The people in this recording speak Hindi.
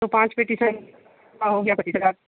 तो पाँच पेटी संतरा का हो गया पच्चीस हज़ार